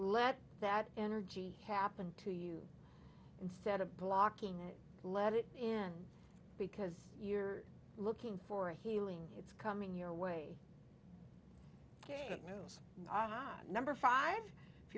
let that energy happen to you instead of blocking it let it in because you're looking for a healing it's coming your way that knows not number five if